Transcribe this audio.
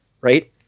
right